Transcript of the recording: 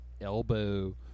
elbow